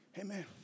Amen